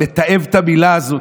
אני מתעב את המילה הזו,